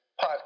podcast